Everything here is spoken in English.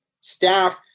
staff